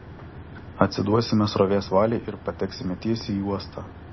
atsiduosime srovės valiai ir pateksime tiesiai į uostą